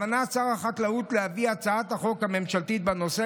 בכוונת שר החקלאות להביא את הצעת החוק הממשלתית בנושא